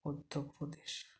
Madhya Pradesh